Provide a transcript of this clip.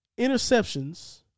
interceptions